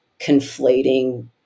conflating